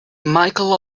michael